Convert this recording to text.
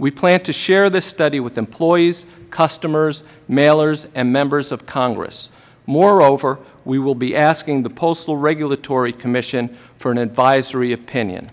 we plan to share this study with employees customers mailers and members of congress moreover we will be asking the postal regulatory commission for an advisory opinion